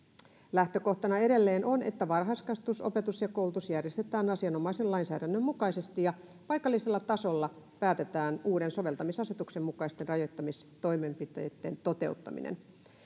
lähtökohtana edelleen on että varhaiskasvatus opetus ja koulutus järjestetään asianomaisen lainsäädännön mukaisesti ja paikallisella tasolla päätetään uuden soveltamisasetuksen mukaisten rajoittamistoimenpiteitten toteuttamisesta